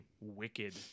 wicked